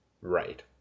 Right